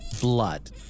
blood